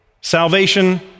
salvation